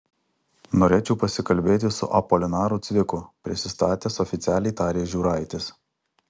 norėčiau pasikalbėti su apolinaru cviku prisistatęs oficialiai tarė žiūraitis